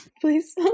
Please